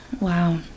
wow